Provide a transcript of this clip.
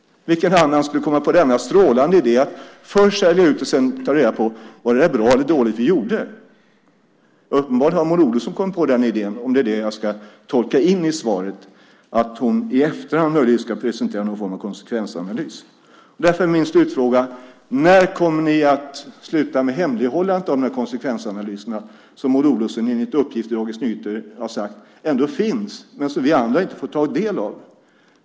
Vem annars skulle komma på denna strålande idé, att först sälja ut och sedan ta reda på om det var bra eller dåligt, det vi gjorde? Uppenbarligen har Maud Olofsson kommit på den idén, om det är det jag ska tolka in i svaret, att hon i efterhand möjligen ska presentera någon form av konsekvensanalys. Därför är min slutfråga: När kommer ni att sluta med hemlighållandet av konsekvensanalyserna, som Maud Olofsson enligt uppgift i Dagens Nyheter har sagt ändå finns, men som vi andra inte har fått ta del av?